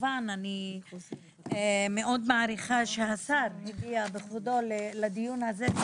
כמובן אני מאוד מעריכה שהשר הגיע בכבודו לדיון הזה.